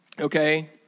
Okay